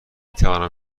توانم